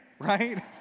right